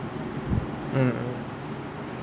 mm mm